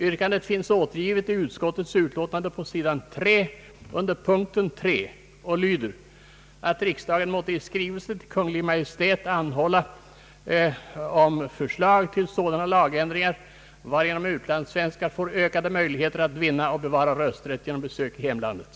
Yrkandet finns återgivet i utskottets utlåtande på s. 3 under p. 3 och lyder: »att riksdagen måtte i skrivelse till Kungl. Maj:t anhålla om förslag till så dana lagändringar varigenom utlandssvenskar får ökade möjligheter att vinna och bevara rösträtt genom besök i hemlandet.»